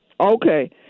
Okay